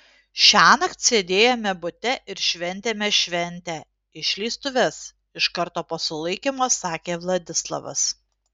šiąnakt sėdėjome bute ir šventėme šventę išleistuves iš karto po sulaikymo sakė vladislavas